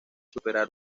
superar